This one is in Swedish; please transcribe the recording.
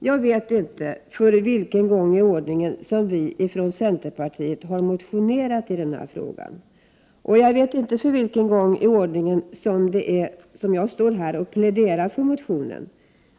Jag vet inte för vilken gång i ordningen vi i centerpartiet har motionerat i denna fråga. Jag vet heller inte vilken gång i ordningen det är jag står här och pläderar för en sådan motion.